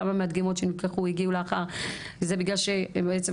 כמה מהדגימות שנלקחו הגיעו לאחר זה בגלל שבעצם,